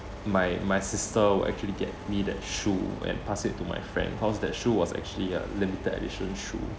my my sister will actually get me that shoe and pass it to my friend cause that shoe was actually a limited edition shoe